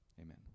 Amen